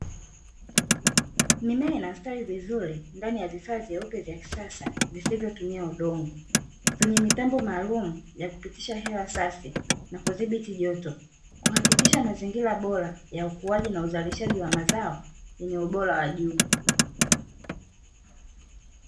Mimea inastawi vizuri ndani ya vifaa vyeupe vya kisasa visivyo tumia udongo, vyenye mitambo maalumu ya kupitisha hewa safi na kudhibiti joto kuhakikisha mazingira bora ya ukuaji na uzalishaji wa mazao yenye ubora wa juu.